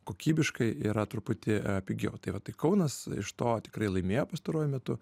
kokybiškai yra truputį pigiau tai vat tai kaunas iš to tikrai laimėjo pastaruoju metu